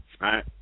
right